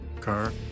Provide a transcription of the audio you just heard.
car